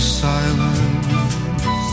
silence